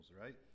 right